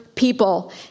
people